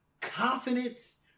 confidence